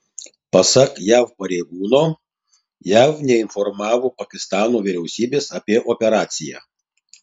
pasak jav pareigūno jav neinformavo pakistano vyriausybės apie operaciją